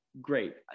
great